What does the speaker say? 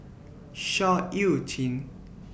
Seah EU Chin